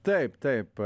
taip taip